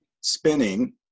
spinning